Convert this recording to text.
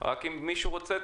רק אם מישהו רוצה,